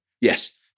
Yes